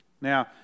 Now